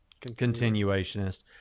continuationist